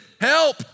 help